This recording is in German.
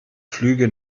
flüge